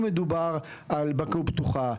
אם מדובר על בנקאות פתוחה,